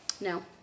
No